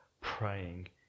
praying